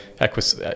acquisition